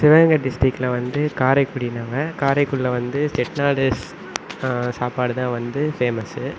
சிவகங்கை டிஸ்ட்ரிக்ட்டில் வந்து காரைக்குடி நாங்கள் காரைக்குடியில் வந்து செட்டிநாடு சாப்பாடுதான் வந்து ஃபேமஸு